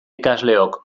ikasleok